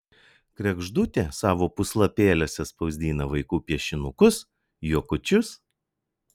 kregždutė savo puslapėliuose spausdina vaikų piešinukus juokučius